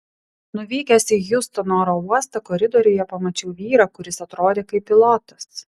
nuvykęs į hjustono oro uostą koridoriuje pamačiau vyrą kuris atrodė kaip pilotas